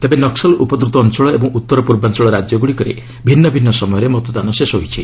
ତେବେ ନକ୍ବଲ ଉପଦ୍ରତ ଅଞ୍ଚଳ ଏବଂ ଉତ୍ତରପୂର୍ବାଞ୍ଚଳ ରାଜ୍ୟଗ୍ରଡ଼ିକରେ ଭିନ୍ନ ଭିନ୍ନ ସମୟରେ ମତଦାନ ଶେଷ ହୋଇଛି